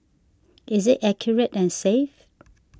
is it accurate and safe